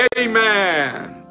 amen